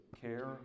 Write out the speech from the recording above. care